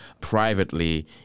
privately